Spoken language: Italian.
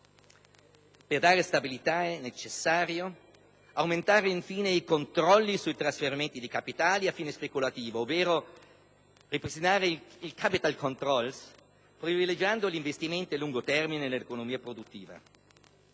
Per dare stabilità è infine necessario aumentare i controlli sui trasferimenti di capitali a fini speculativi, ovvero ripristinare il *capital* *control*, privilegiando gli investimenti a lungo termine nell'economia produttiva.